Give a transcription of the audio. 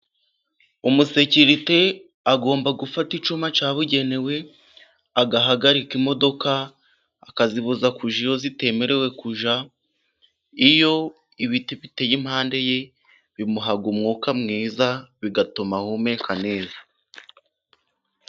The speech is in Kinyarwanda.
Umusekirite agomba gufata icyuma cyabugenewe agahagarika imodoka, akazibuza kujya aho zitemerewe kujya. Iyo ibiti biteye iruhande rwe bimuha umwuka mwiza, bigatuma ahumeka neza.